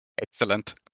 Excellent